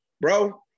Bro